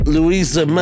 Louisa